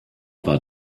war